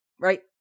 Right